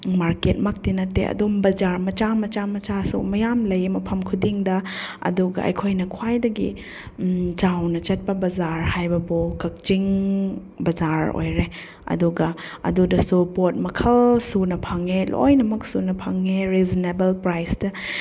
ꯃꯥꯔꯀꯦꯠꯃꯛꯇꯤ ꯅꯠꯇꯦ ꯑꯗꯨꯝ ꯕꯖꯥꯔ ꯃꯆꯥ ꯃꯆꯥ ꯃꯆꯥꯁꯨ ꯃꯌꯥꯝ ꯂꯩꯌꯦ ꯃꯐꯝ ꯈꯨꯗꯤꯡꯗ ꯑꯗꯨꯒ ꯑꯩꯈꯣꯏꯅ ꯈ꯭ꯋꯥꯏꯗꯒꯤ ꯆꯥꯎꯅ ꯆꯠꯄ ꯕꯖꯥꯔ ꯍꯥꯏꯕꯕꯨ ꯀꯛꯆꯤꯡ ꯕꯖꯥꯔ ꯑꯣꯏꯔꯦ ꯑꯗꯨꯒ ꯑꯗꯨꯗꯁꯨ ꯄꯣꯠ ꯃꯈꯜ ꯁꯨꯅ ꯐꯪꯉꯦ ꯂꯣꯏꯅꯃꯛ ꯁꯨꯅ ꯐꯪꯉꯦ ꯔꯤꯖꯅꯦꯕꯜ ꯄ꯭ꯔꯥꯏꯁꯇ